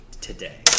today